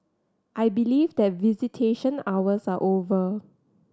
I believe that visitation hours are over